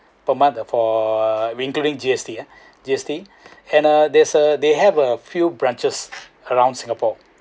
per month for with including G_S_T ah G_S_T and uh there's a they have a few branches around singapore